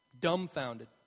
dumbfounded